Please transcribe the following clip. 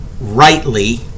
rightly